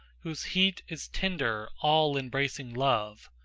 whose heat is tender, all-embracing love,